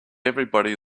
everybody